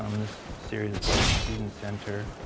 um this series is called student center,